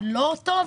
זה לא טוב,